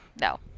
No